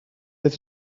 bydd